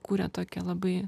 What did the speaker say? kūrė tokią labai